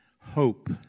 hope